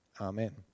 amen